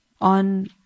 on